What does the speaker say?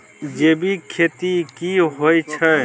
जैविक खेती की होए छै?